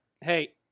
hey